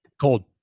Cold